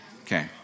Okay